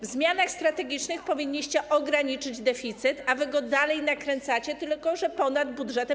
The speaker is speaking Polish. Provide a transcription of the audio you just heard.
W zmianach strategicznych powinniście ograniczyć deficyt, a wy go dalej nakręcacie, tylko że ponad budżetem.